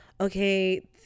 okay